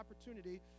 opportunity